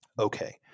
okay